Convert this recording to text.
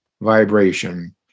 vibration